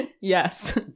Yes